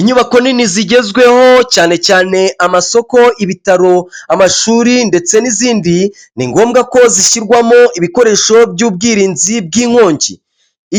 Inyubako nini zigezweho cyane cyane amasoko, ibitaro ,amashuri ndetse n'izindi ni ngombwa ko zishyirwamo ibikoresho by'ubwirinzi bw'inkongi